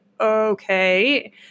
okay